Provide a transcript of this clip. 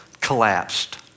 collapsed